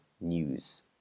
news